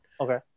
okay